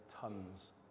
tons